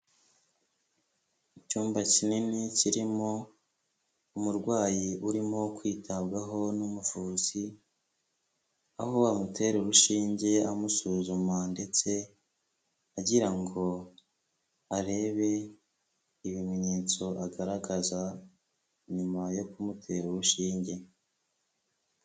Icyumba kinini kirimo umurwayi urimo kwitabwaho n'umuvuzi, aho amutera urushinge amusuzuma ndetse agira ngo arebe ibimenyetso agaragaza, nyuma yo kumutera urushinge.